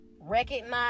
recognize